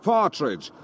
Partridge